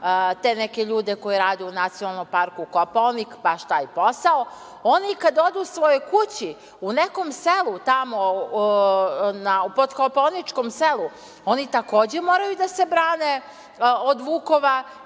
te neke ljude koji rade u Nacionalnom parku Kopaonik baš taj posao, oni kada odu svojoj kući u nekom selu tamo Podkopaoničkom selu oni takođe moraju da se brane od vukova